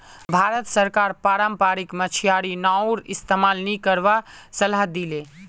भारत सरकार पारम्परिक मछियारी नाउर इस्तमाल नी करवार सलाह दी ले